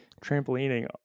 trampolining